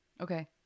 Okay